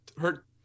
hurt